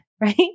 right